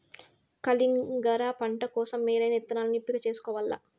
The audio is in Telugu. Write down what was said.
కలింగర పంట కోసం మేలైన ఇత్తనాలను ఎంపిక చేసుకోవల్ల